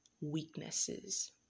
weaknesses